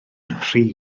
rhy